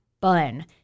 bun